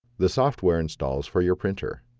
the software installs for your printer.